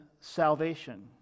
salvation